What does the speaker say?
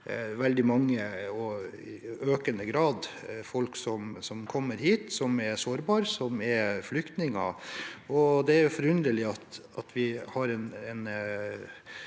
veldig mange – og i økende grad – folk som kommer hit som er sårbare, som er flyktninger. Det er forunderlig at vi har en